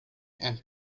and